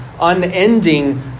unending